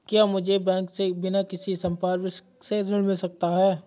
क्या मुझे बैंक से बिना किसी संपार्श्विक के ऋण मिल सकता है?